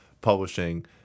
publishing